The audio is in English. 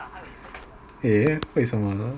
eh 为什么呢